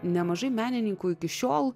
nemažai menininkų iki šiol